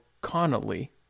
Connolly